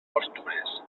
postures